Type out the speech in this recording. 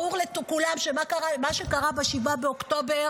ברור לכולם שמה שקרה ב-7 באוקטובר